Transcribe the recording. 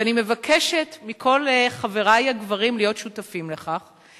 ואני מבקשת מכל חברי הגברים להיות שותפים לכך,